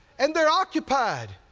and they're occupied,